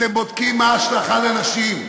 אתם בודקים מה ההשלכה ביחס לנשים.